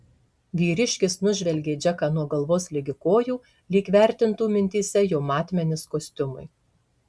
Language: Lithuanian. vyriškis nužvelgė džeką nuo galvos ligi kojų lyg vertintų mintyse jo matmenis kostiumui